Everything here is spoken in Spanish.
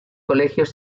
colegios